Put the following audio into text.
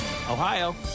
Ohio